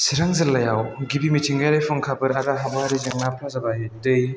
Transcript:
चिरां जिल्लायाव गिबि मिथिंगायारि फुंखाफोर आरो आबहावायारि जेंनाफ्रा जाबाय दै